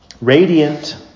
radiant